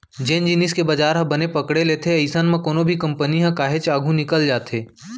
जेन जिनिस के बजार ह बने पकड़े लेथे अइसन म कोनो भी कंपनी ह काहेच आघू निकल जाथे